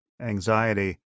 anxiety